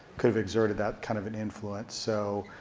could've exerted that kind of an influence. so